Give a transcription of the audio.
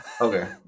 Okay